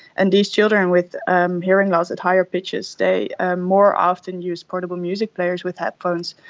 and these children with um hearing loss at higher pitches, they ah more often used portable music players with headphones.